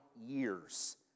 years